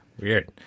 Weird